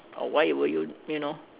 or why were you you know